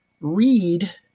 read